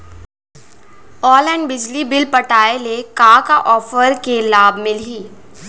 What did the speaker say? Online बिजली bill पटाय ले का का ऑफ़र के लाभ मिलही?